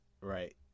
Right